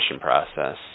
process